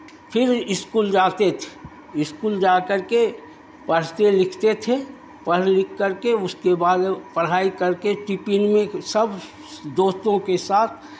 फिर स्कूल जाते थे स्कूल जा कर के पढ़ते लिखते थे पढ़ लिख करके उसके बाद पढ़ाई करके टिफिन में सब दोस्तों के साथ